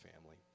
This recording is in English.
family